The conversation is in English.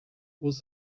was